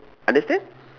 understand